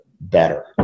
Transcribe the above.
better